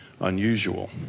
unusual